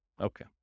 Okay